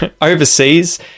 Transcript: overseas